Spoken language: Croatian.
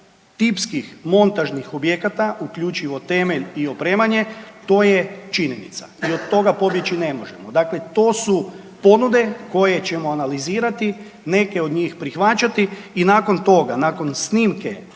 tipskih montažnih objekata, uključivo temelj i opremanje, to je činjenica i od toga pobjeći ne možemo. Dakle, to su ponude koje ćemo analizirati, neke od njih prihvaćati i nakon toga, nakon snimke